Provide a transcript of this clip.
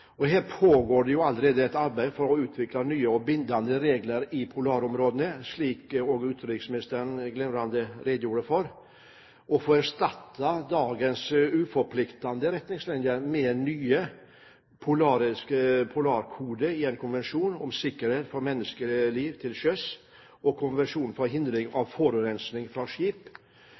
havområdene. Her pågår det allerede et arbeid for å utvikle nye og bindende regler for polarområdene, slik også utenriksministeren glimrende redegjorde for. Å få erstattet dagens uforpliktende retningslinjer med en ny polarkode i en konvensjon om sikkerhet for menneskeliv til sjøs og Konvensjonen for hindring av forurensning fra skip,